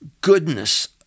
goodness